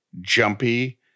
jumpy